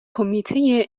کمیته